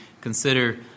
consider